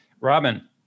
Robin